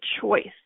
choice